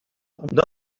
унта